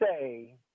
say